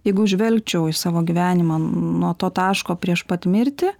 jeigu žvelgčiau į savo gyvenimą nuo to taško prieš pat mirtį